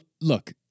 Look